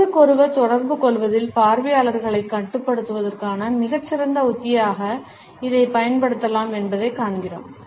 ஒருவருக்கொருவர் தொடர்புகொள்வதில் பார்வையாளர்களைக் கட்டுப்படுத்துவதற்கான மிகச் சிறந்த உத்தியாக இதைப் பயன்படுத்தலாம் என்பதைக் காண்கிறோம்